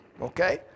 Okay